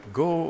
go